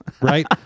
right